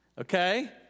Okay